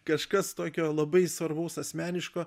kažkas tokio labai svarbaus asmeniško